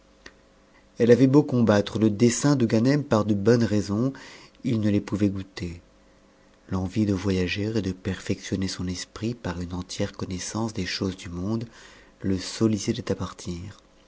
elle avait beau combattre le dessein de ganem par de bonnes raisons il ne les pouvait goûter l'envie de voyager et de perfectionner son esprit par une entière connaissance des choses du monde le sollicitait à partitet